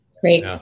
Great